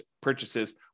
purchases